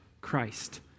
Christ